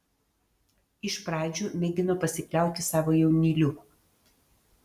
iš pradžių mėgino pasikliauti savo jaunyliu